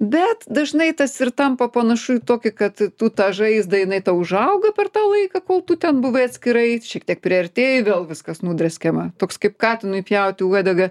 bet dažnai tas ir tampa panašu į tokį kad tu ta žaizda jinai tau užauga per tą laiką kol tu ten buvai atskirai šiek tiek priartėjai vėl viskas nudrėskiama toks kaip katinui pjauti uodegą